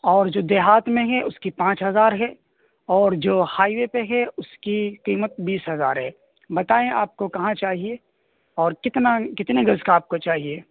اور جو دیہات میں ہے اس کی پانچ ہزار ہے اور جو ہائی وے پہ ہے اس کی قیمت بیس ہزار ہے بتائیں آپ کو کہاں چاہیے اور کتنا کتنے گز کا آپ کو چاہیے